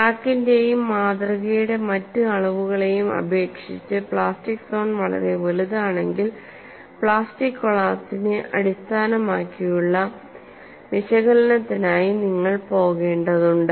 ക്രാക്കിന്റെയും മാതൃകയുടെ മറ്റ് അളവുകളേയും അപേക്ഷിച്ച് പ്ലാസ്റ്റിക് സോൺ വളരെ വലുതാണെങ്കിൽ പ്ലാസ്റ്റിക് കൊളപ്സിനെ അടിസ്ഥാനമാക്കിയുള്ള വിശകലനത്തിനായി നിങ്ങൾ പോകേണ്ടതുണ്ട്